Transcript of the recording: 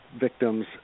victims